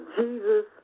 Jesus